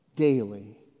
Daily